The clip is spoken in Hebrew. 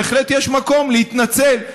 בהחלט יש מקום להתנצל.